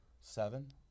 Seven